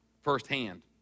firsthand